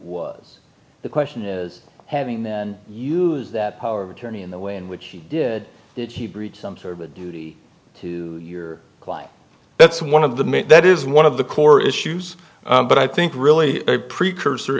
was the question is having then use that power of attorney in the way in which he did that he breached some sort of a duty to your client that's one of the main that is one of the core issues but i think really a precursor